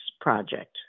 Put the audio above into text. project